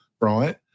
right